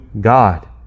god